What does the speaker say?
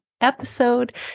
episode